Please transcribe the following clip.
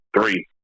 three